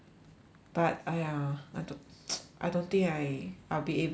but !aiya! I don't I don't think I I'll be able to